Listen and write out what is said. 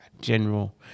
general